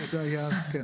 זה היה ההסכם.